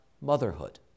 motherhood